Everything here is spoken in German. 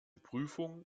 prüfung